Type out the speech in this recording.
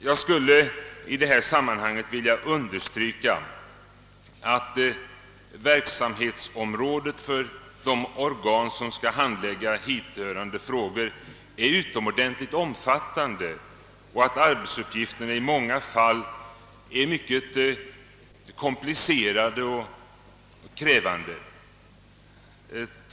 Jag skulle i detta sammanhang vilja understryka att verksamhetsområdet för de organ som skall handlägga hithörande frågor är utomordentligt omfattande och att arbetsuppgifterna i många fall är mycket komplicerade och krävande.